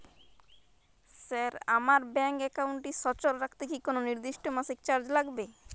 Sir আমার bank একাউন্টটি সচল রাখতে কি কোনো নির্দিষ্ট মাসিক চার্জ লাগবে?